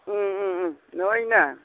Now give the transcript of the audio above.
ꯎꯝ ꯎꯝ ꯎꯝ ꯅꯣꯏꯅꯦ